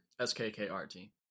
S-K-K-R-T